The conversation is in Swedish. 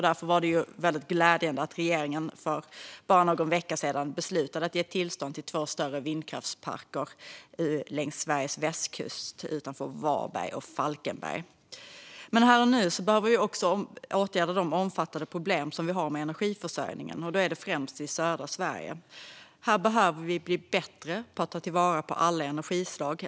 Därför var det väldigt glädjande att regeringen för bara någon vecka sedan beslutade att ge tillstånd till två större vindkraftsparker längs Sveriges västkust utanför Varberg och Falkenberg. Här och nu behöver vi också åtgärda de omfattande problem vi har med energiförsörjningen, främst i södra Sverige. Här behöver vi bli bättre på att ta till vara alla energislag.